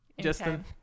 Justin